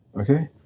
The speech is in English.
okay